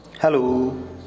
Hello